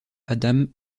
adam